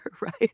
right